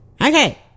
Okay